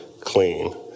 clean